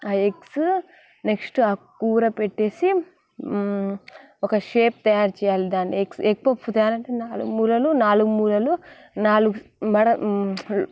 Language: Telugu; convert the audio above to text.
ఆ ఎగ్స్ నెక్స్ట్ ఆ కూర పెట్టేసి ఒక షేప్ తయారు చేయాలి దాన్నీ ఎగ్ ఎగ్ పఫ్ మూడు మూలలు నాలుగు మూలలు నాలుగు మడ